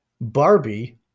Barbie